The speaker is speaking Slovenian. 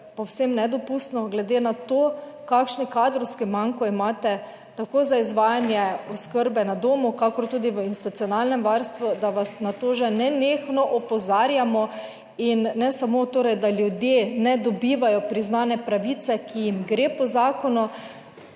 povsem nedopustno glede na to kakšen kadrovski manko imate, tako za izvajanje oskrbe na domu, kakor tudi v institucionalnem varstvu, da vas na to že nenehno opozarjamo in ne samo torej, da ljudje ne dobivajo priznane pravice, ki jim gre po zakonu,